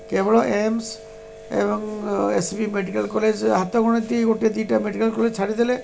କେବଳ ଏମ୍ସ ଏବଂ S C B medical college ହାତଗଣତି ଗୋଟେ ଦୁଇଟା ମେଡ଼ିକାଲ୍ କଲେଜ୍ ଛାଡ଼ିଦେଲେ